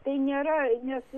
tai nėra nes